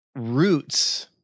roots